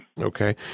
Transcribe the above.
Okay